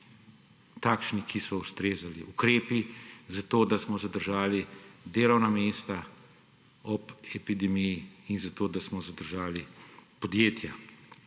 takšni, ki so ustrezali. Ukrepi, zato da smo zadržali delovna mesta ob epidemiji in zato da smo zadržali podjetja.